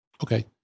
Okay